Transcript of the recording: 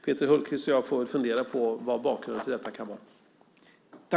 Peter Hultqvist och jag får väl fundera över vad bakgrunden till detta kan vara.